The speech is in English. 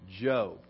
Job